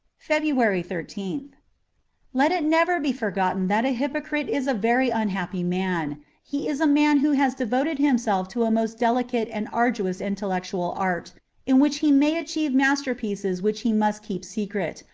february thirteenth let it never be forgotten that a hypocrite is a very unhappy man he is a man who has devoted himself to a most delicate and arduous intellectual art in which he may achieve masterpieces which he must keep secret,